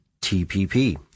TPP